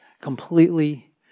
completely